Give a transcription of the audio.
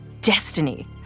Destiny